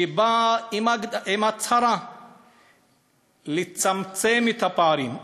באה עם הצהרה לצמצם את הפערים.